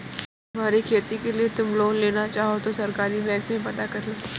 तुम्हारी खेती के लिए तुम लोन लेना चाहो तो सहकारी बैंक में पता करलो